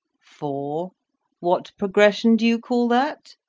four what progression do you call that.